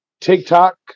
TikTok